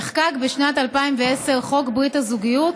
נחקק בשנת 2010 חוק ברית הזוגיות